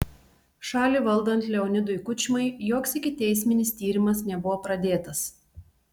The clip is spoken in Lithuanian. šalį valdant leonidui kučmai joks ikiteisminis tyrimas nebuvo pradėtas